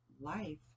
life